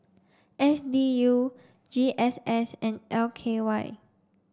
S D U G S S and L K Y